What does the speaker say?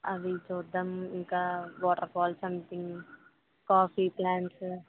అవి చూడటం ఇంకా waterfalls something coffee plants